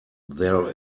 there